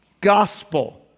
Gospel